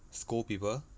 scold people